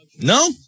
No